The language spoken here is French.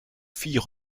filles